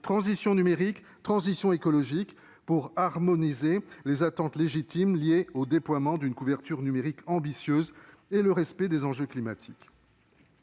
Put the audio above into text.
transition numérique et transition écologique, permettant d'harmoniser les attentes légitimes liées au déploiement d'une couverture numérique ambitieuse et le respect des enjeux climatiques.